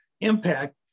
impact